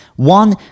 One